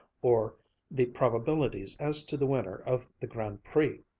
or the probabilities as to the winner of the grand prix.